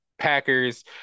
Packers